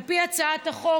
על פי הצעת החוק,